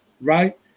right